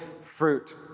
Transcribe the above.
fruit